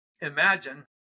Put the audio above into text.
Imagine